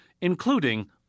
including